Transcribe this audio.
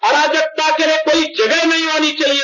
अराजकता के लिए कोई जगह नहीं होनी चाहिए